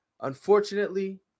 unfortunately